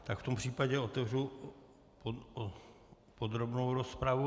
Tak v tom případě otevřu podrobnou rozpravu.